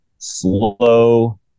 slow